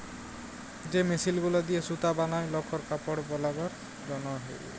যে মেশিল গুলা দিয়ে সুতা বলায় লকর কাপড় বালাবার জনহে